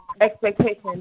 expectation